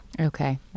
Okay